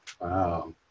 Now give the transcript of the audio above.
wow